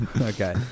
Okay